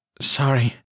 Sorry